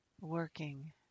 working